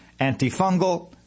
antifungal